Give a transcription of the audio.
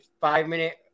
five-minute